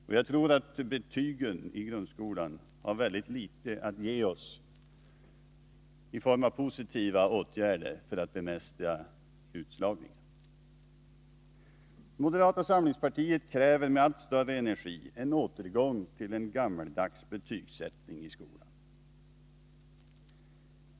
Och jag tror att betygen i grundskolan har mycket litet att ge oss i form av positiva åtgärder för att bemästra utslagningen. Moderata samlingspartiet kräver med allt större energi en återgång till en gammaldags betygsättning i skolan.